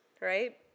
right